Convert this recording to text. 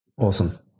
Awesome